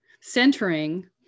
Centering